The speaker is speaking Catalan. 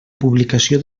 publicació